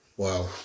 Wow